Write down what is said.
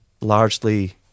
largely